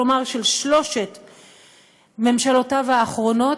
כלומר של שלוש ממשלותיו האחרונות,